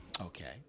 Okay